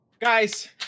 Guys